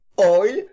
oil